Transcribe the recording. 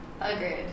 Agreed